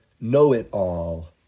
know-it-all